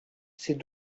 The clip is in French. ces